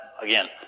again